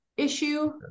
issue